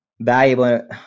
valuable